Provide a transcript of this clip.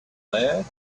man